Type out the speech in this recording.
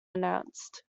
announced